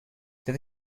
that